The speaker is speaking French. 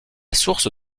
source